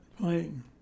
playing